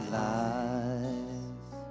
lies